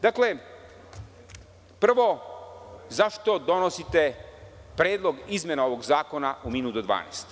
Dakle, prvo, zašto donosite predlog izmena ovog zakona u minut do 12?